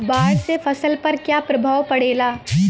बाढ़ से फसल पर क्या प्रभाव पड़ेला?